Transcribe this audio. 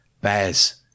Baz